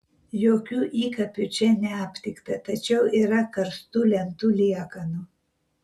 jokių įkapių čia neaptikta tačiau yra karstų lentų liekanų